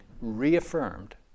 reaffirmed